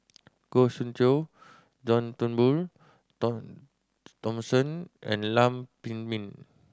Goh Soon Tioe John Turnbull Thomson and Lam Pin Min